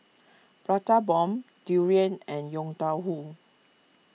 Prata Bomb Durian and Yong Tau Foo